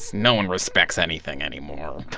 no one respects anything anymore